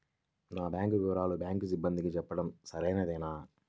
నా బ్యాంకు వివరాలను బ్యాంకు సిబ్బందికి చెప్పడం సరైందేనా?